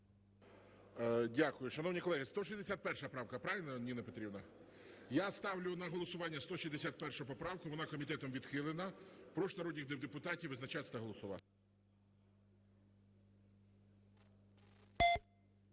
Дякую. Шановні колеги, 161 правка, правильно, Ніна Петрівна? Я ставлю на голосування 161 поправку. Вона комітетом відхилена. Прошу народних депутатів визначатись та голосувати.